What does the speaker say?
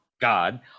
God